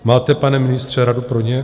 Máte, pane ministře, radu pro ně?